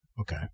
Okay